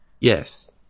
Yes